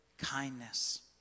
Kindness